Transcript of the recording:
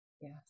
Yes